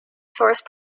source